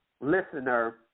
listener